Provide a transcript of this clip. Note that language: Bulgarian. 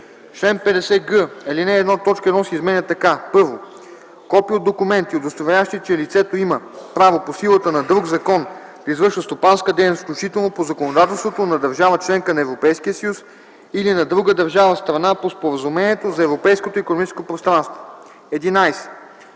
чл. 50б, ал. 1 т. 1 се изменя така: „1. копия от документи, удостоверяващи, че лицето има право по силата на друг закон да извършва стопанска дейност, включително по законодателството на държава – членка на Европейския съюз, или на друга държава – страна по Споразумението за Европейското икономическо пространство;”.